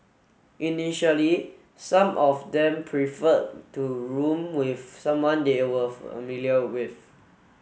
initially some of them preferred to room with someone they were familiar with